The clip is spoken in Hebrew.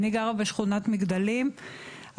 אני גרה בשכונת מגדלים,